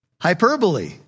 hyperbole